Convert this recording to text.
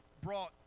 brought